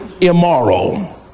immoral